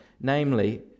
namely